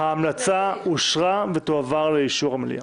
ההמלצה אושרה ותועבר לאישור המליאה.